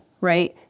right